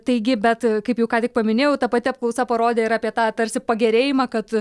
taigi bet kaip jau ką tik paminėjau ta pati apklausa parodė ir apie tą tarsi pagerėjimą kad